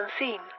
unseen